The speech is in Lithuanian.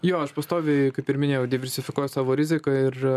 jo aš pastoviai kaip ir minėjau diversifikuoju savo riziką ir